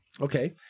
Okay